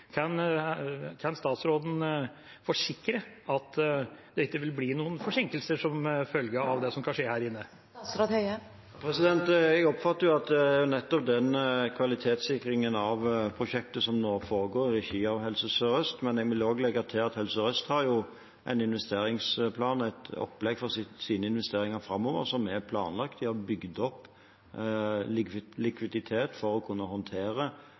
Kan statsråden forsikre at det ikke vil bli noen forsinkelser som følge av det som skal skje her inne? Jeg oppfatter at det er nettopp den kvalitetssikringen av prosjektet som nå foregår i regi av Helse Sør-Øst. Men jeg vil legge til at Helse Sør-Øst har en investeringsplan, et opplegg for sine investeringer framover. De har bygd opp likviditet for å kunne håndtere